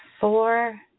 four